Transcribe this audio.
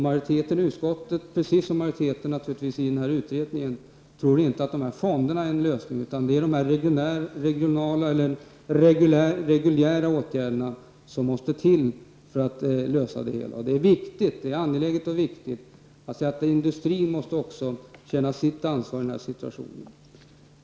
Majoriteten i utskottet, liksom majoriteten i utredning, tror inte att fonder är en lösning utan att man måste ta till regionala eller reguljära åtgärder för att lösa det hela. Det är angeläget och viktigt att säga att ocskå industrin måste känna sitt ansvar i denna situation.